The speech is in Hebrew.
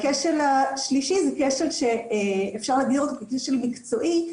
הכשל השלישי זה כשל שאפשר להגדיר אותו ככשל מקצועי,